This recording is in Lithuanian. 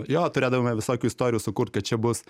jo turėdavome visokių istorijų sukurt kad čia bus